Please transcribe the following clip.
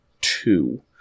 two